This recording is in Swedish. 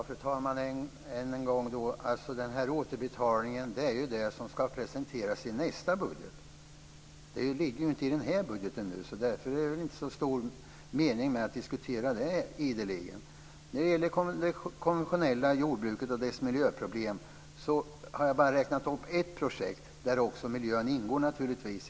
Fru talman! Ännu en gång: Den här återbetalningen är något som ska presenteras i nästa budget - den ligger inte i den här budgeten. Därför är det inte särskilt meningsfullt att ideligen diskutera den saken. När det gäller det konventionella jordbruket och dess miljöproblem har jag nämnt bara ett projekt - naturligtvis ingår också miljön i det projektet.